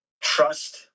trust